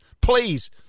Please